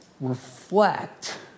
reflect